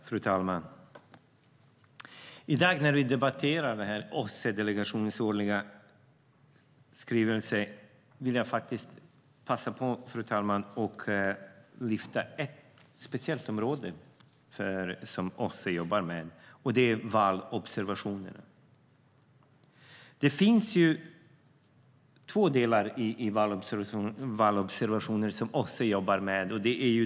Fru talman! I dag när vi debatterar OSSE-delegationens årliga skrivelse vill jag passa på att lyfta fram ett speciellt område som OSSE jobbar med. Det är valobservationerna. Det finns två delar i valobservationerna som OSSE jobbar med.